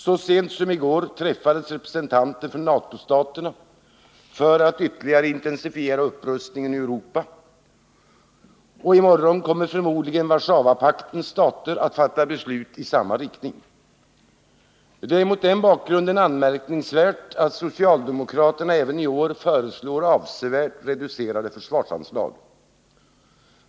Så sent som i går träffades representanter för NATO-staterna för att ytterligare intensifiera upprustningen i Europa, och i morgon kommer förmodligen Warszawapaktens stater att fatta beslut i samma riktning. Det är mot den bakgrunden anmärkningsvärt att socialdemokraterna även i år föreslår avsevärt reducerade försvarsanslag.